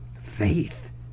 Faith